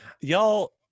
y'all